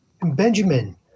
Benjamin